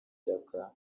shyaka